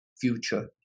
future